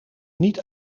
niet